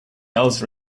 else